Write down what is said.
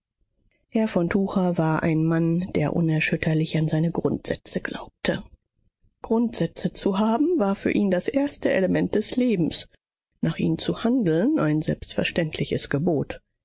herr von tucher war ein mann der unerschütterlich an seine grundsätze glaubte grundsätze zu haben war für ihn das erste element des lebens nach ihnen zu handeln ein selbstverständliches gebot